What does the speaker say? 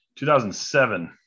2007